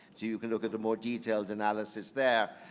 so you can look at a more detailed analysis there.